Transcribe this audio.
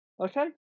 Okay